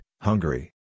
Hungary